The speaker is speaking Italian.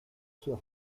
sua